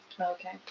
okay